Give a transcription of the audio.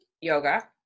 Yoga